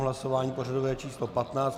Hlasování pořadové číslo 15.